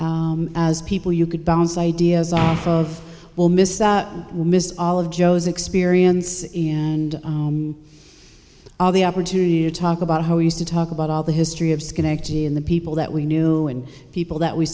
as people you could bounce ideas off of will miss will miss all of joe's experiences and all the opportunity to talk about how we used to talk about all the history of schenectady and the people that we knew and people that we